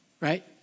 right